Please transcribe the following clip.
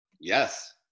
Yes